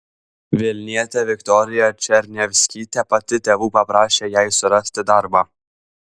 vilnietė viktorija černiavskytė pati tėvų paprašė jai surasti darbą